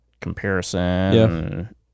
comparison